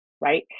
right